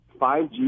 5G